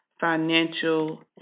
financial